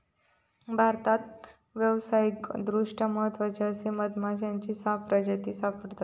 भारतात व्यावसायिकदृष्ट्या महत्त्वाचे असे मधमाश्यांची सहा प्रजाती सापडतत